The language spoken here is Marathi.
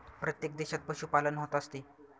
प्रत्येक देशात पशुपालन होत असते